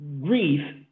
grief